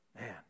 man